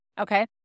Okay